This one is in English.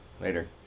Later